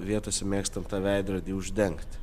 vietose mėgstam tą veidrodį uždengt